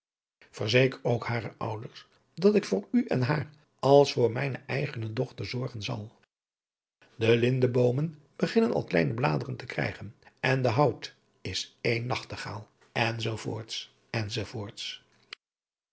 verzeker ook hare ouders dat ik voor u en haar als voor mijne eigene dochter zorgen zal de lindeboomen beginnen al kleine bladeren te krijgen en de hout is één nachtegaal